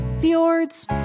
fjords